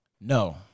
No